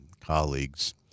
colleagues